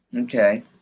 Okay